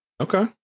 Okay